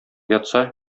ятса